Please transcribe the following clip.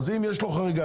אז אם יש לו חריגה,